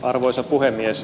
arvoisa puhemies